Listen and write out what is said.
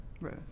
right